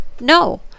No